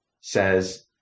says